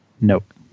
Nope